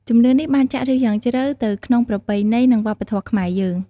ជំនឿនេះបានចាក់ឫសយ៉ាងជ្រៅទៅក្នុងប្រពៃណី និងវប្បធម៌ខ្មែរយើង។